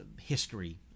history